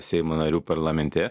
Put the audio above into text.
seimo narių parlamente